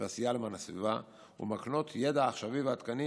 ועשייה למען הסביבה ומקנות ידע עכשווי ועדכני